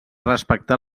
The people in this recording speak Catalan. respectar